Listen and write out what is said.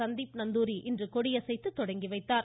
சந்தீப்நந்தூரி இன்று கொடியசைத்து தொடங்கி வைத்தார்